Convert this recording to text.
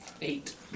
Eight